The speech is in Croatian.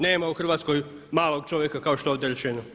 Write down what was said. Nema u Hrvatskoj malog čovjeka kao što je ovdje rečeno.